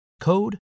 code